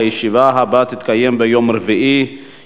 הישיבה הבאה תתקיים ביום רביעי,